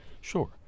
Sure